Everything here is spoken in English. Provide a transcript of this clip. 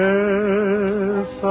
Yes